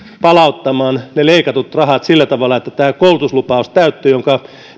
ne leikatut rahat sillä tavalla että tämä koulutuslupaus täyttyy jonka